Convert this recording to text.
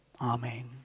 Amen